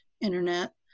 internet